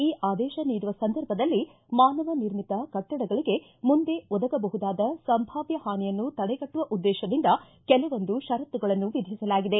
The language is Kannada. ಈ ಆದೇಶ ನೀಡುವ ಸಂದರ್ಭದಲ್ಲಿ ಮಾನವ ನಿರ್ಮಿತ ಕಟ್ಟಡಗಳಿಗೆ ಮುಂದೆ ಒದಗಬಹುದಾದ ಸಂಭಾವ್ವ ಹಾನಿಯನ್ನು ತಡೆಗಟ್ಟುವ ಉದ್ದೇಶದಿಂದ ಕೆಲವೊಂದು ಪರತ್ತುಗಳನ್ನು ವಿಧಿಸಲಾಗಿದೆ